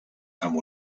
amb